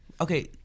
Okay